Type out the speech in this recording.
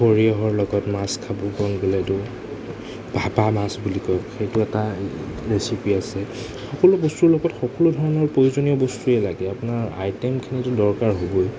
সৰিয়হৰ লগত মাছ খাব মন গ'লেতো ভাপা মাছ বুলি কয় সেইটো এটা ৰেচিপি আছে সকলো বস্তুৰ লগত সকলো ধৰণৰ প্ৰয়োজনীয় বস্তুৱেই লাগে আপোনাৰ আইটেমখিনিটো দৰকাৰ হ'বই